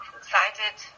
excited